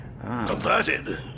Converted